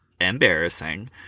embarrassing